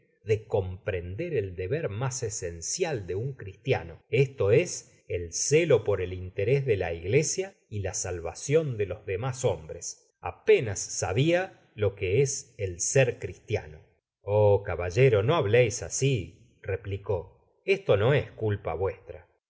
de comprender el deber aras esencial de un cristiano esto os el celo por et interés da la iglesia y la salvacion de los demas hombre apenas sabia lo que es el ser cristiano oh caballero do hableis así replicó esto no es culpa vuestra